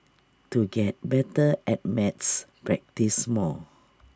to get better at maths practise more